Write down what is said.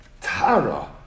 Tara